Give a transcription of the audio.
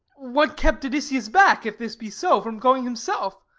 what kept odysseus back, if this be so, from going himself?